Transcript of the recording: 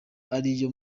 ariyo